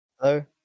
Hello